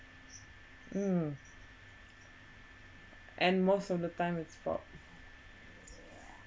uh and most of the time it's for